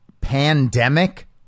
pandemic